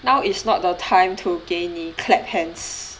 now is not the time to 给你 clap hands